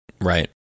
Right